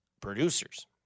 producers